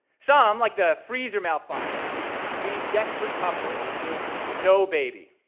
some like the freezer malfunctions leave desperate couple with no baby.